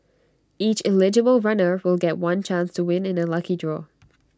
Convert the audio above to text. each eligible runner will get one chance to win in A lucky draw